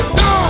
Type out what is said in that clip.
no